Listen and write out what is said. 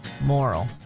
moral